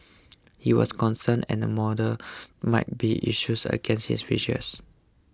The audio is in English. he was concerned an order might be issued against his wishes